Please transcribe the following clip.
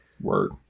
Word